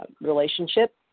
relationship